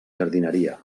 jardineria